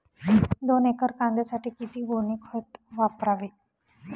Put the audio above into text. दोन एकर कांद्यासाठी किती गोणी खत वापरावे?